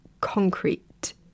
concrete